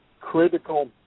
critical